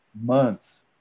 months